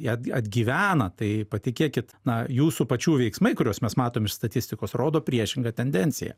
jie atgyvena tai patikėkit na jūsų pačių veiksmai kuriuos mes matom iš statistikos rodo priešingą tendenciją